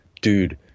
dude